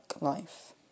life